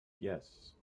yes